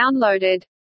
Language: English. downloaded